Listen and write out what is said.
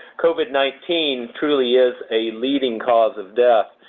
covid nineteen truly is a leading cause of death.